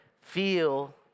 feel